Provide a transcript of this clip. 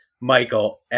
Michael